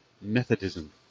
Methodism